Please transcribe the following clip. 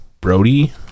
Brody